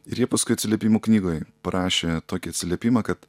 ir jie paskui atsiliepimų knygoj parašė tokį atsiliepimą kad